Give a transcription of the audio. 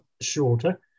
shorter